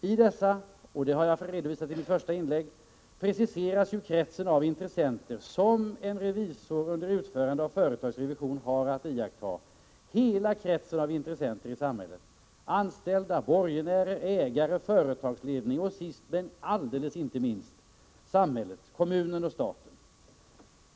I dessa — det har jag redovisat i mitt första inlägg — preciseras kretsen av intressenter som revisor under utförande av företagsrevision har att iaktta. Reglerna omfattar hela kretsen av intressenter i samhället — anställda, borgenärer, ägare, företagsledning och sist men inte minst samhället, kommunen och staten.